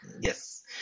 Yes